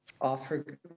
offer